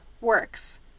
works